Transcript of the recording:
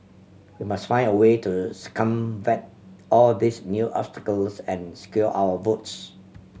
we must find a way to circumvent all these new obstacles and secure our votes